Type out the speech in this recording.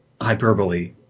hyperbole